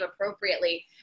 appropriately